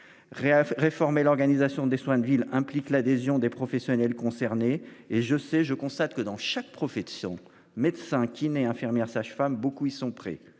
réformer l'organisation des soins de ville implique l'adhésion des professionnels concernés et je sais, je constate que dans chaque profession, médecins, kinés, infirmières, sages-femmes beaucoup, ils sont prêts.